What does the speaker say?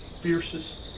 fiercest